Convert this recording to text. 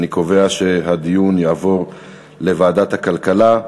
אני קובע שהנושא יעבור לוועדת הכלכלה.